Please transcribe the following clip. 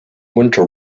winter